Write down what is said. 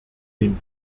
den